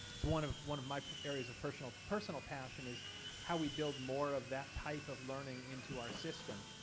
it's one of one of my areas of personal personal passion is how we build more of that type of learning into our system.